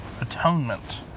atonement